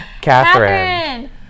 Catherine